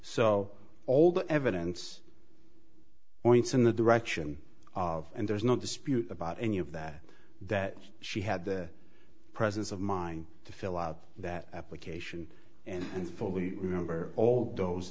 the evidence points in the direction of and there's no dispute about any of that that she had the presence of mind to fill out that application and fully remember all those